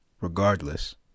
Regardless